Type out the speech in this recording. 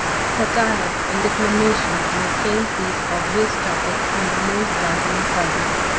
satire and declamation may paint these obvious topics in the most dazzling colors,